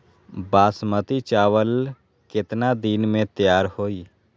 बासमती चावल केतना दिन में तयार होई?